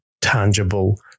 tangible